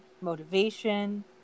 motivation